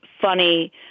funny